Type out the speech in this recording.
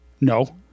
No